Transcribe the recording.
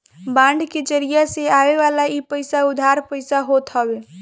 bond के जरिया से आवेवाला इ पईसा उधार पईसा होत हवे